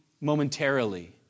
momentarily